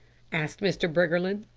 asked mr. briggerland.